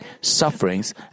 sufferings